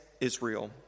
Israel